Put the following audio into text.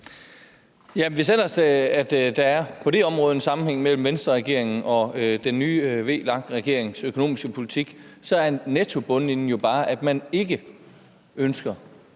Hvis der ellers på det område er en sammenhæng mellem den tidligere Venstreregerings og den nye VLAK-regerings økonomiske politik, så er nettobundlinjen jo bare, at man ikke ønsker